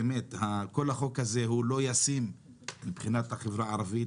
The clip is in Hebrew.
באמת כל החוק הזה הוא לא ישים מבחינת החברה הערבית,